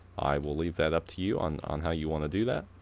i will leave that up to you on on how you want to do that,